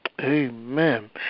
Amen